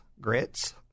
Grits